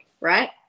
right